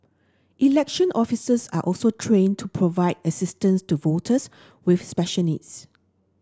election officers are also trained to provide assistance to voters with special needs